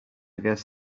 guess